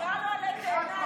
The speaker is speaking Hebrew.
תקרא לו "עלה תאנה",